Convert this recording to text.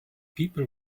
people